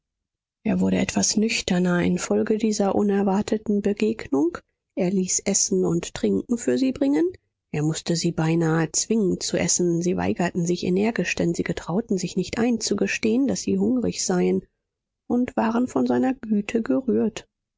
er wurde etwas nüchterner infolge dieser unerwarteten begegnung er ließ essen und trinken für sie bringen er mußte sie beinahe zwingen zu essen sie weigerten sich energisch denn sie getrauten sich nicht einzugestehen daß sie hungrig seien und waren von seiner güte gerührt